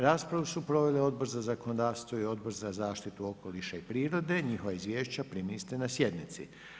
Raspravu su proveli Odbor za zakonodavstvo i Odbor za zaštitu okoliša i prirode, njihova izvješća primili ste na sjednici.